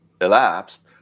elapsed